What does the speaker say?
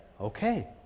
Okay